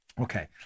Okay